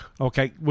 Okay